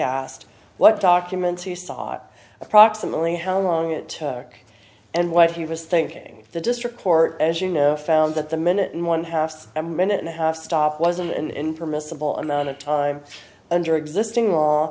asked what documents he saw approximately how long it took and what he was thinking the district court as you know found that the minute and one half a minute and a half stop was and in permissible amount of time under existing law